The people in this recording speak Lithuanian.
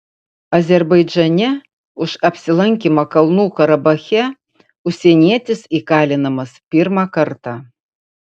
azerbaidžane už apsilankymą kalnų karabache užsienietis įkalinamas pirmą kartą